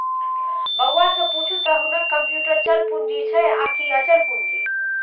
बौआ सँ पुछू त हुनक कम्युटर चल पूंजी छै आकि अचल पूंजी